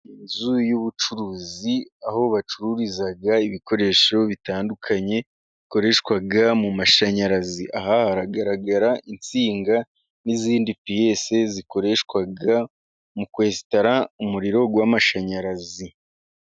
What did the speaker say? Inzu y'ubucuruzi, aho bacururiza ibikoresho bitandukanye bikoreshwa mu mashanyarazi. aha, haragaragara insinga n'izindi piyesi zikoreshwa mu kwensitara umuriro w'amashanyarazi.